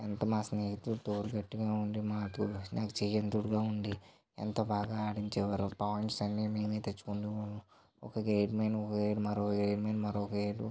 ఎంత మా స్నేహితులతో గట్టిగా ఉండి మాతో చేయను తోడుగా ఉండి ఎంతో బాగా ఆడించేవారు పాయింట్స్ అన్నీ మేము తెచ్చుకొనే తెచ్చుకొని ఒక గేమ్ మీద మరో గేమ్ మీద మరో గేమ్